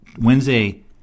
Wednesday